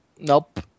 nope